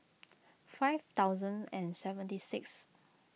five thousand and seventy sixth